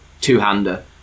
two-hander